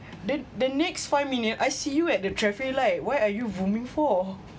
then the next five minute I see you at the traffic light why are you vrooming for